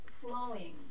flowing